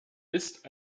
ist